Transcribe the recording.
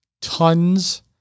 tons